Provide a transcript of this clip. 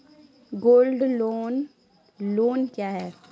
Gold loan loan क्या हैं?